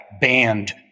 banned